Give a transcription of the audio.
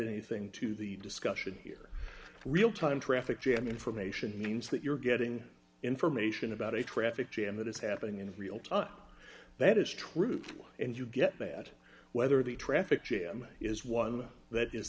anything to the discussion here real time traffic jam information means that you're getting information about a traffic jam that is happening in real time that is true and you get bad weather the traffic jam is one that